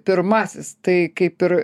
pirmasis tai kaip ir